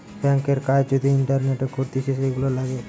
ব্যাংকের কাজ যদি ইন্টারনেটে করতিছে, এগুলা লাগে